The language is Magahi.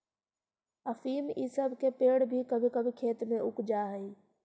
अफीम इ सब के पेड़ भी कभी कभी खेत में उग जा हई